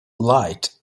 light